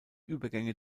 übergänge